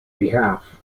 behalf